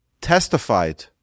testified